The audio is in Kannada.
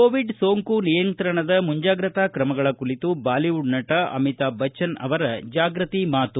ಕೋವಿಡ್ ಸೋಂಕು ನಿಯಂತ್ರಣದ ಮುಂಜಾಗ್ರತಾ ಕ್ರಮಗಳ ಕುರಿತು ಬಾಲಿವುಡ್ ನಟ ಅಮಿತಾಬ್ ಬಚ್ಚನ್ಅವರ ಜಾಗೃತಿ ಮಾತು